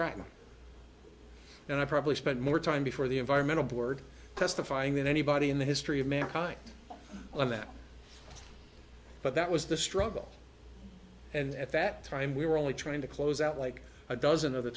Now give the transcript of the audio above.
me and i probably spent more time before the environmental board testifying than anybody in the history of mankind on that but that was the struggle and at that time we were only trying to close out like a dozen other